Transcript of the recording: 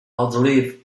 outlive